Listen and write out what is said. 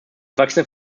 wachsende